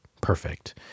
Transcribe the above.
perfect